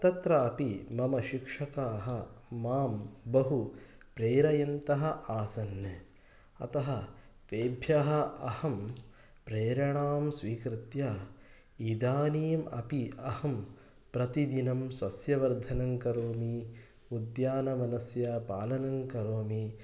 तत्रापि मम शिक्षकाः मां बहु प्रेरयन्तः आसन् अतः तेभ्यः अहं प्रेरणां स्वीकृत्य इदानीम् अपि अहं प्रतिदिनं सस्यवर्धनं करोमि उद्यानवनस्य पालनं करोमि